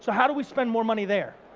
so how do we spend more money there?